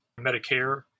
Medicare